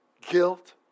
guilt